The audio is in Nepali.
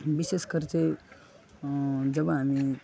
विशेषकर चाहिँ जब हामी